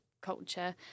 culture